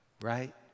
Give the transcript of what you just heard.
right